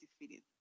defeated